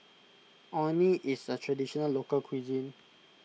Orh Nee is a Traditional Local Cuisine